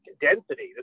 density